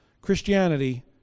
Christianity